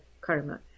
karma